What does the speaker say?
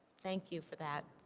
thank you for that.